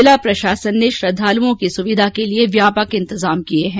जिला प्रशासन ने श्रद्धालुओं की सुविधा के लिए व्यापक इंतजाम किए हैं